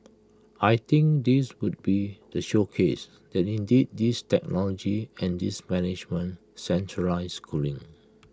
I think this would be the showcase that indeed this technology and this management centralised cooling